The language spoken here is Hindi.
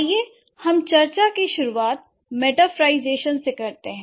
आइए हम चर्चा कि शुरुआत मेटाफरlईजेशन से करते हैं